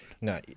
No